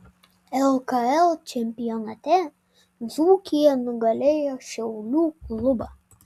lkl čempionate dzūkija nugalėjo šiaulių klubą